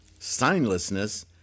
signlessness